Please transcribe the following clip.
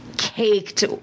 caked